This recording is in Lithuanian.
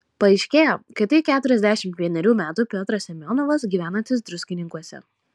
paaiškėjo kad tai keturiasdešimt vienerių metų piotras semionovas gyvenantis druskininkuose